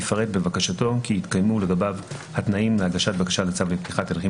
יפרט בבקשתו כי התקיימו לגביו התנאים להגשת בקשה לצו לפתיחת הליכים